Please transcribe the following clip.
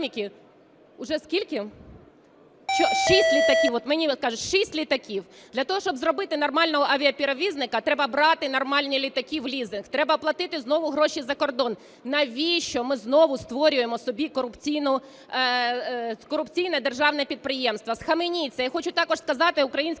мені кажуть шість літаків. Для того, щоб зробити нормального авіаперевізника, треба брати нормальні літаки у лізинг, треба платити знову гроші за кордон. Навіщо ми знову створюємо собі корупційне державне підприємство? Схаменіться. Я хочу також сказати українським